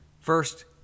First